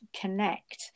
connect